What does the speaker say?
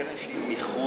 זאת קרן שהיא מחוץ,